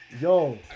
Yo